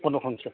बन्द खालामसै